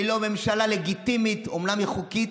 היא לא ממשלה לגיטימית, אומנם היא חוקית,